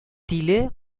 тиле